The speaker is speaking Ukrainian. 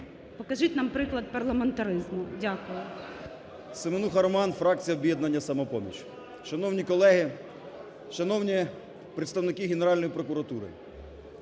покажіть нам приклад парламентаризму. Дякую. 18:10:39 СЕМЕНУХА Р.С. Семенуха Роман, фракція "Об'єднання "Самопоміч". Шановні колеги, шановні представники Генеральної прокуратури!